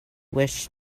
wish